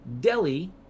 Delhi